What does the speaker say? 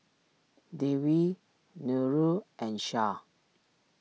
Dewi Nurul and Shah